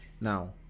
now